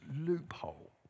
loophole